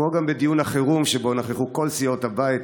כמו גם בדיון החירום שבו נכחו כל סיעות הבית,